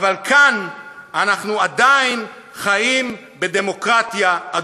אבל כאן אנחנו עדיין חיים בדמוקרטיה,